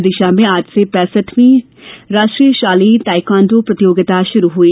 विदिशा में आज से पेंसठवीं राष्ट्रीय शालेय ताइक्वांडो प्रतियोगिता शुरू हुई